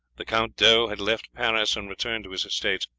the count d'eu had left paris and returned to his estates,